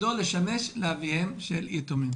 תפקידו לשמש לאביהם של יתומים.